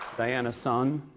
diana son,